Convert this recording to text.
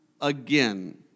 again